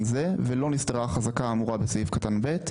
זה ולא נסתרה החזקה האמורה בסעיף קטן (ב),